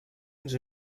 ens